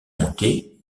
monté